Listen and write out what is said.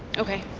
okay.